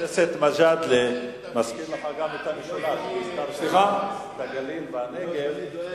מי שנולד לפני קום המדינה פלסטיני?